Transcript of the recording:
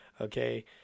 Okay